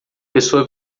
pessoa